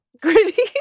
Gritty